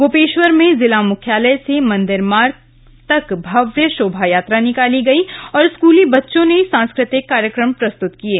गोपेश्वर में जिला मुख्यालय से मंदिर मार्ग तक भव्य शोभायात्रा निकाली गई और स्कली बच्चों ने सांस्कृतिक कार्यक्रम प्रस्तृत किये